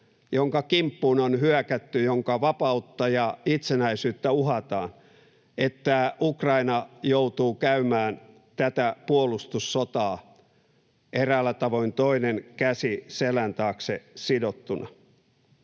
jonka kimppuun on hyökätty, jonka vapautta ja itsenäisyyttä uhataan, joutuu käymään tätä puolustussotaa eräällä tavoin toinen käsi selän taakse sidottuna.